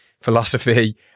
philosophy